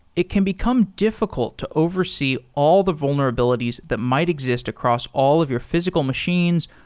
it can become diffi cult to oversee all the vulnerabilities that might exist across all of your physical machines,